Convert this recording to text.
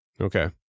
Okay